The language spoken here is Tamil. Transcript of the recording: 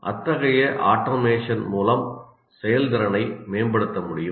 அத்தகைய ஆட்டோமேஷன் மூலம் செயல்திறனை மேம்படுத்த முடியும்